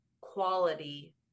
quality